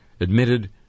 admitted